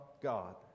God